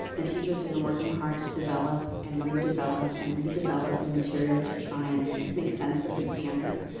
the teachers have been working hard to develop and redevelop and redevelop the material to try and make sense of the standards.